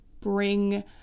bring